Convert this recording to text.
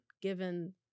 given